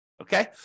Okay